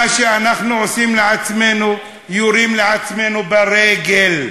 מה שאנחנו עושים לעצמנו, יורים לעצמנו ברגל.